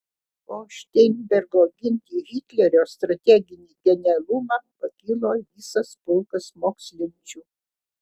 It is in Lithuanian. po šteinbergo ginti hitlerio strateginį genialumą pakilo visas pulkas mokslinčių